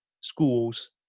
schools